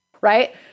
right